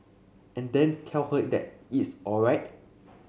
and then tell her that it's alright